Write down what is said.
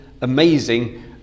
amazing